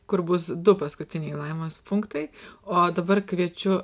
kur bus du paskutiniai laimos punktai o dabar kviečiu